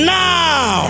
now